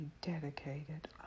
dedicated